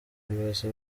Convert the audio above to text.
ibaze